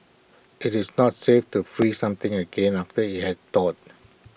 IT is not safe to freeze something again after IT has thawed